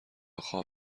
خواب